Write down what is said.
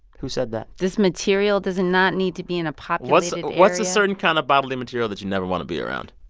who said that? this material does and not need to be in a populated area what's a certain kind of bodily material that you never want to be around?